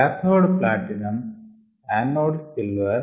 cathode platinum anode silver